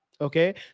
Okay